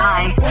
Bye